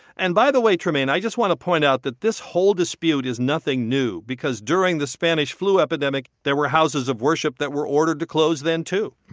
and, by the way, trymaine, i just want to point out that this whole dispute is nothing new. because during the spanish flu epidemic, there were houses of worship that were ordered to close then, too.